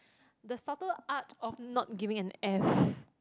the subtle art of not giving an F